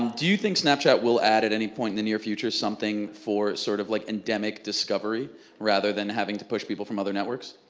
do you think snapchat will add at any point in the near future something for sort of like endemic discovery rather than having to push people from other networks?